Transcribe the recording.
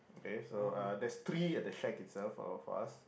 okay so uh there's three at the shack itself in front of us